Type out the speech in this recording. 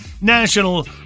National